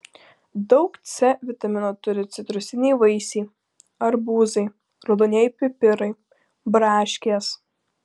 daug c vitamino turi citrusiniai vaisiai arbūzai raudonieji pipirai braškės